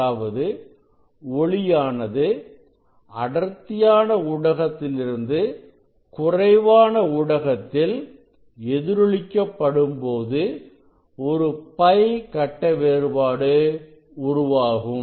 அதாவது ஒளியானது அடர்த்தியான ஊடகத்திலிருந்து குறைவான ஊடகத்தில் எதிரொலிக்க படும்போது ஒரு phi கட்ட வேறுபாடு உருவாகும்